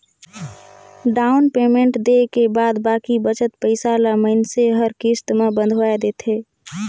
down payment देय के बाद बाकी बचत पइसा ल मइनसे हर किस्त में बंधवाए देथे